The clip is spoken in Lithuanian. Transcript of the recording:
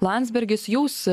landsbergis jūs